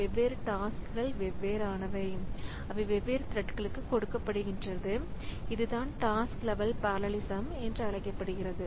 வெவ்வேறு டாஸ்க்கள் வெவ்வேறானவை அவை வெவ்வேறு த்ரெட்கலுக்கு கொடுக்கப்படுகின்றது இதுதான் டாஸ்க் லெவல் பெரலலிசம் என்று அழைக்கப்படுகிறது